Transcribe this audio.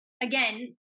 again